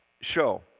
show